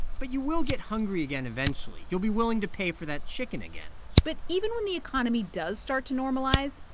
but you will get hungry again eventually. you'll be willing to pay for that chicken again but even when the economy does start to normalize,